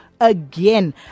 again